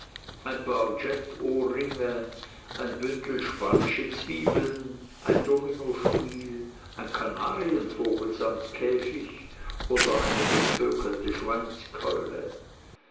ein paar jetohrringe ein bündel spanische zwiebeln ein dominospiel ein kanarienvogel samt käfig oder eine gepökelte